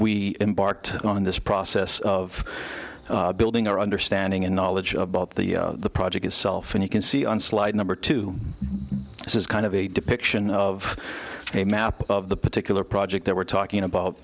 we embarked on this process of building our understanding and knowledge about the project itself and you can see on slide number two this is kind of a depiction of a map of the particular project there were talking about